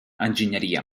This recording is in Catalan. enginyeria